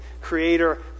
creator